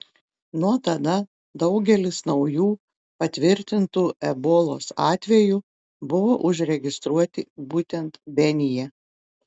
nuo tada daugelis naujų patvirtintų ebolos atvejų buvo užregistruoti būtent benyje